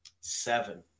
Seven